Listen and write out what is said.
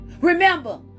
Remember